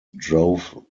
drove